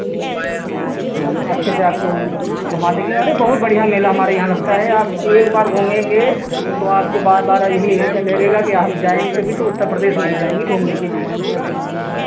तो फिर हम अच्छे से आपको घुमा देंगे अरे बहुत बढ़ियाँ मेला हमारे यहाँ लगता है आप एक बार घूमेंगे तो आपको बार बार यही है कि लगेगा कि हम जाएँगे कभी तो उत्तर प्रदेश में ही जाएंगे घूमने के लिए